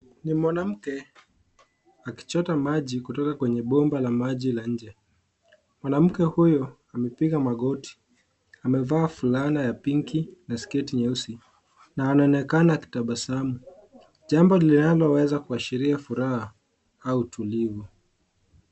Ni mwanamke akichota maji kutoka kwenye bomba la maji la nje, mwanamke huyu amepiga magoti amevaa fulana ya pinki na sketi nyeusi na anaonekana akitabasamu jambo linaloweza kuashiria furaha au utulivu.